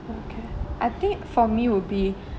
okay I think for me would be